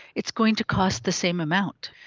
it's going to cost the same amount.